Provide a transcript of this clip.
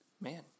Man